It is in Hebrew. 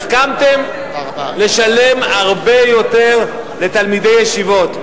הסכמתם לשלם הרבה יותר לתלמידי ישיבות.